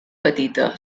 petita